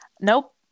Nope